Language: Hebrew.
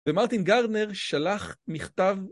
ומרטין גרנר שלח מכתב...